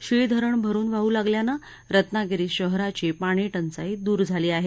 शीळ धरण भरून वाहू लागल्यानं रत्नागिरी शहराची पाणी टंचाई दूर झाली आहे